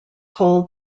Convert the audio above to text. hold